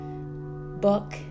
book